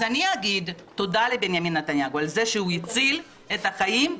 אז אני אגיד תודה לבנימין נתניהו על זה שהוא הציל את החיים,